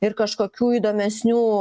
ir kažkokių įdomesnių